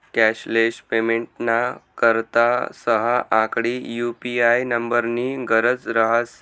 cashless पेमेंटना करता सहा आकडी यु.पी.आय नम्बरनी गरज रहास